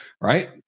Right